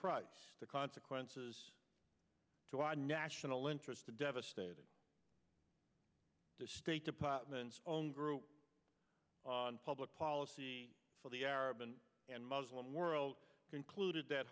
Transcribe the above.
price the consequences to our national interest to devastating the state department's own group on public policy for the arab and muslim world concluded that